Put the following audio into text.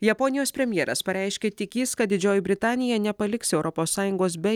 japonijos premjeras pareiškė tikįs kad didžioji britanija nepaliks europos sąjungos be